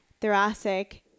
thoracic